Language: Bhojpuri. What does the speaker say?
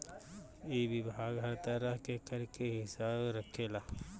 इ विभाग हर तरह के कर के हिसाब रखेला